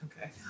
Okay